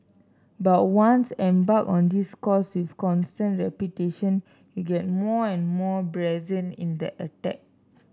but once embarked on this course with constant repetition you get more and more brazen in the attack